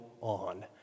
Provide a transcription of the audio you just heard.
on